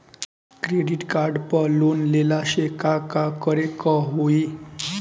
Credit card पर loan लेला से का का करे क होइ?